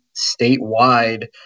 statewide